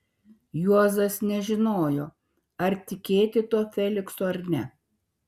juozas nežinojo ar tikėti tuo feliksu ar ne